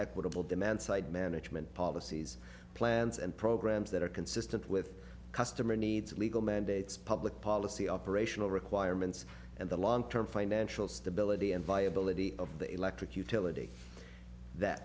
equitable demand side management policies plans and programs that are consistent with customer needs legal mandates public policy operational requirements and the long term financial stability and viability of the electric utility that